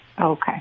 Okay